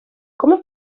come